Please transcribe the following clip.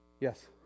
Yes